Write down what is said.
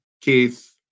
Keith